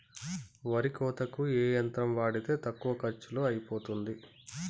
వరి కోతకి ఏ యంత్రం వాడితే తక్కువ ఖర్చులో అయిపోతుంది?